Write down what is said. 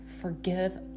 forgive